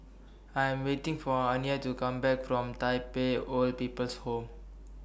I'm waiting For Aniya to Come Back from Tai Pei Old People's Home